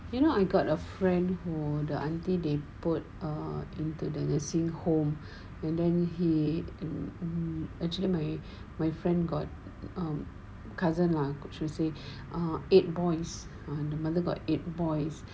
you know I got a friend who the aunty they put err into the nursing home and then he actually my my friend got um cousin lah she could say ah eight boys ah the mother got eight boys